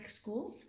schools